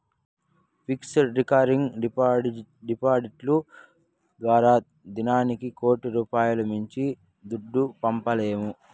fixed, recurring డిపాడిట్లు ద్వారా దినానికి కోటి రూపాయిలు మించి దుడ్డు పంపలేము